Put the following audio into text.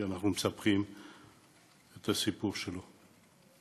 כי אנחנו מספרים את הסיפור שלו.